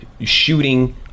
shooting